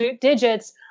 digits